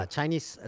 Chinese